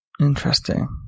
Interesting